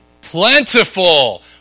Plentiful